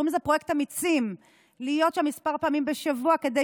קוראים לזה "פרויקט אמיצים" להיות שם כמה פעמים בשבוע כדי